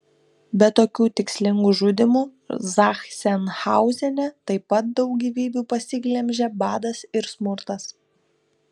be tokių tikslingų žudymų zachsenhauzene taip pat daug gyvybių pasiglemžė badas ir smurtas